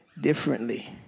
differently